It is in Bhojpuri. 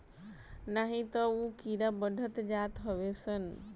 नाही तअ उ कीड़ा बढ़त जात हवे सन